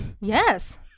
Yes